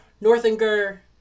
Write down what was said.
Northanger